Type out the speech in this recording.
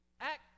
act